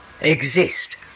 Exist